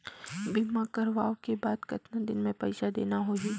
बीमा करवाओ के बाद कतना दिन मे पइसा देना हो ही?